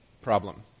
problem